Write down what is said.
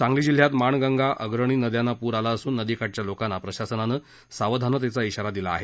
सांगली जिल्ह्यात माणगंगा अग्रणी नद्यांना पूर आला असून नदीकाठच्या लोकांना प्रशासनानं सावधानतेचा इशारा दिला आहे